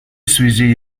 связи